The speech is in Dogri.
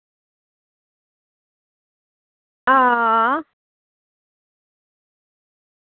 हां